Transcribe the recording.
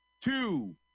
two